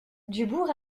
dubourg